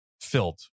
filled